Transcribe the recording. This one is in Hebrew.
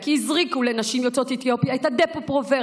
כי הזריקו לנשים יוצאות אתיופיה את הדפו-פרוברה.